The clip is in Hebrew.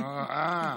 זה אור.